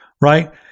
Right